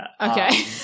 okay